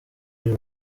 iri